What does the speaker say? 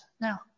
Now